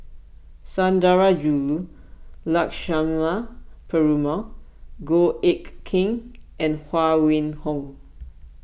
Sundarajulu Lakshmana Perumal Goh Eck Kheng and Huang Wenhong